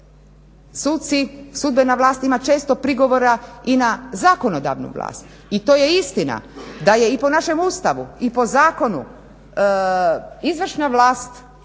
da suci, sudbena vlast ima često prigovora i na zakonodavnu vlast i to je istina da je i po našem Ustavu i po zakonu izvršna vlast dužna